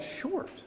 short